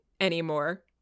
anymore